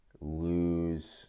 lose